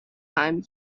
time